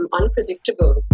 unpredictable